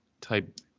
type